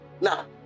Now